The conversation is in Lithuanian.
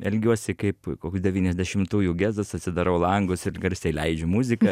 elgiuosi kaip koks devyniasdešimtųjų gezas atsidarau langus ir garsiai leidžiu muziką